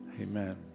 Amen